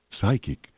psychic